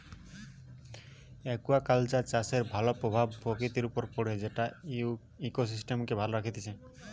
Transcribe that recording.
aquaculture চাষের ভাল প্রভাব প্রকৃতির উপর পড়ে যেটা ইকোসিস্টেমকে ভালো রাখতিছে